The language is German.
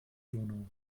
donau